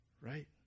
right